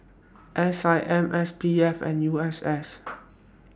S I M S P F and U S S